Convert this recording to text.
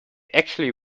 actually